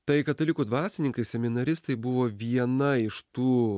tai katalikų dvasininkai seminaristai buvo viena iš tų